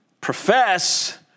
profess